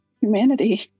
humanity